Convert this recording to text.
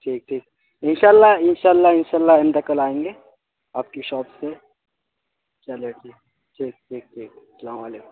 ٹھیک ٹھیک انشا اللہ انشا اللہ انشا اللہ آئندہ کل آئیں گے آپ کی شاپ پہ چلیے ٹھیک ٹھیک ٹھیک ٹھیک السلام علیکم